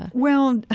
ah well, and